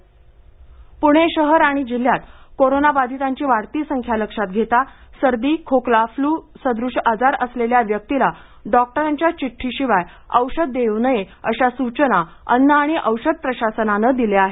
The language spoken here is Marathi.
पणे औषध चिड्डी पुणे शहर आणि जिल्ह्यात कोरोनाबाधितांची वाढती संख्या लक्षात घेता सर्दी खोकला फ्लू सदृश्य आजार असलेल्या व्यक्तीला डॉक्टरांच्या चिठ्ठीशिवाय औषध देऊ नयेत अशा सूचना अन्न आणि औषध प्रशासनानं दिल्या आहेत